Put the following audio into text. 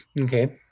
Okay